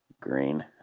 green